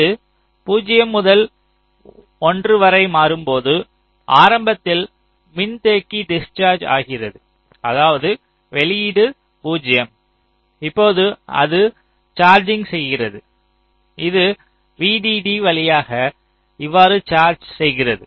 அது 0 முதல் 1 வரை மாறும்போது ஆரம்பத்தில் மின்தேக்கி டிஸ்சார்ஜ் ஆகிறது அதாவது வெளியீடு 0 இப்போது அது சார்ஜிங் செய்கிறது இது VDD வழியாக இவ்வாறு சார்ஜ் செய்கிறது